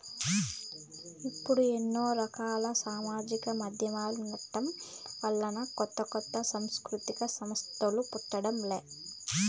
ఇప్పుడు ఎన్నో రకాల సామాజిక మాధ్యమాలుండటం వలన కొత్త కొత్త సాంస్కృతిక సంస్థలు పుట్టడం లే